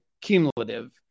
cumulative